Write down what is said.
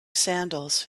sandals